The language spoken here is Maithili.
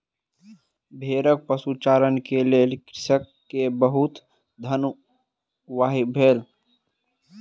भेड़क पशुचारण के लेल कृषक के बहुत धन व्यय भेल